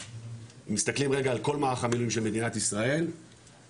אם מסתכלים רגע על כל מערך המילואים של מדינת ישראל ולכן